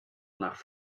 nach